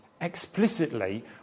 explicitly